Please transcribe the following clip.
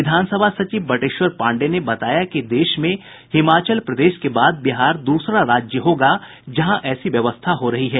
विधान सभा सचिव बटेश्वर पांडेय ने बताया कि देश में हिमाचल प्रदेश के बाद बिहार दूसरा राज्य होगा जहां ऐसी व्यवस्था हो रही है